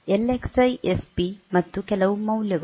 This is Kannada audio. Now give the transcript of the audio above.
ಎಲ್ಎಕ್ಸ್ಐ ಎಸ್ಪಿ ಮತ್ತು ಕೆಲವು ಮೌಲ್ಯಗಳು